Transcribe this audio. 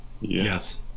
Yes